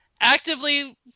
actively